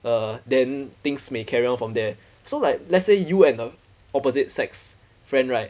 err then things may carry on from there so like let's say you and a opposite sex friend right